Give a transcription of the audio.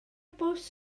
bws